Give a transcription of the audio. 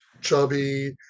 Chubby